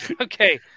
okay